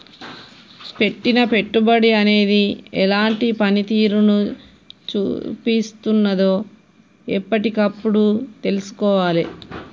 పెట్టిన పెట్టుబడి అనేది ఎలాంటి పనితీరును చూపిస్తున్నదో ఎప్పటికప్పుడు తెల్సుకోవాలే